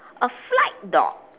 a flight dog